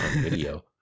video